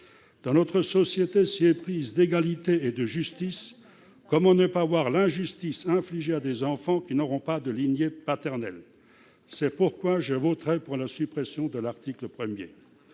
Dans notre société si éprise d'égalité et de justice, comment ne pas voir l'injustice infligée à des enfants qui n'auront pas de lignée paternelle ? Telle est la raison pour laquelle je voterai pour la suppression de l'article 1.